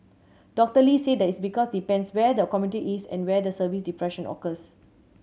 Doctor Lee said that's because it depends where the commuter is and where the service disruption occurs